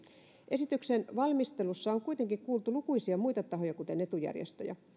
esityksen valmistelussa on kuitenkin kuultu lukuisia muita tahoja kuten etujärjestöjä